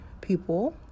people